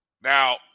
Now